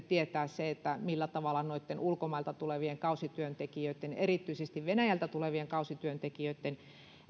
tietää se millä tavalla noitten ulkomailta tulevien kausityöntekijöitten erityisesti venäjältä tulevien kausityöntekijöitten